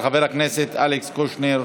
של חבר הכנסת אלכס קושניר.